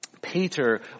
Peter